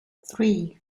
three